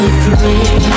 free